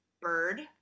Bird